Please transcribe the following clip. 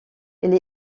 elle